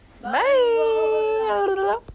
bye